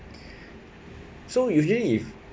so usually if